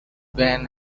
band